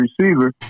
receiver